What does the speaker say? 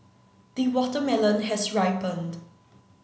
the watermelon has ripened